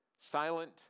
Silent